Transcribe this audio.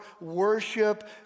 worship